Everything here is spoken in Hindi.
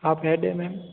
आप हेड है मेम